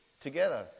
together